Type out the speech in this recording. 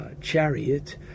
chariot